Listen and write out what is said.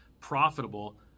profitable